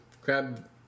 Crab